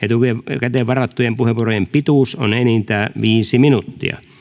etukäteen varattujen puheenvuorojen pituus on enintään viisi minuuttia